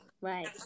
Right